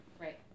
right